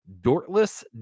Dortless